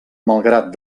malgrat